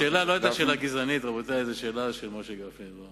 השאלה לא היתה שאלה גזענית, רבותי, זה מוישה גפני.